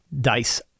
dice